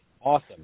Awesome